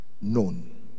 known